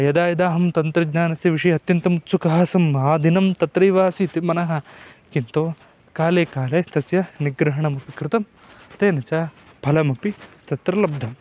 यदा यदा अहं तन्त्रज्ञानस्य विषये अत्यन्तम् उत्सुकः आसम् आदिनं तत्रैव आसीत् मनः किन्तु काले काले तस्य निग्रहणमपि कृतं तेन च फलमपि तत्र लब्धं